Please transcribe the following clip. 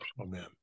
amen